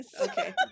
Okay